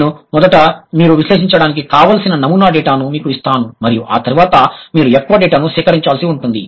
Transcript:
నేను మొదట మీరు విశ్లేషించడానికి కావాల్సిన నమూనా డేటాను మీకు ఇస్తాను మరియు ఆ తర్వాత మీరు ఎక్కువ డేటాను సేకరించాల్సి ఉంటుంది